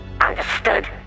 Understood